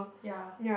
ya